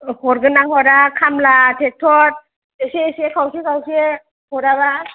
हरगोन ना हरा खामला ट्रेक्टर एसे एसे खावसे खावसे हराबा